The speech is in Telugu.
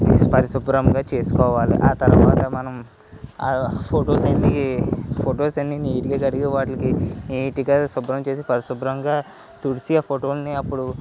పరిశుభ్రంగా చేసుకోవాలి తరువాత మనం ఫొటోస్ అన్నీ ఫొటోస్ అన్నీ నీట్గా నీట్గా కడిగి వాటికి నీట్గా శుభ్రం చేసి పరిశుభ్రంగా తుడిచి ఆ ఫొటోలని అప్పుడు